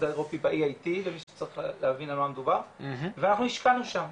האירופי ב-EIT ומי שצריך להבין על מה מדובר ואנחנו השקענו שם,